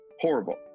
horrible